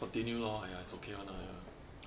continue lor !aiya! it's okay [one] lah !aiya!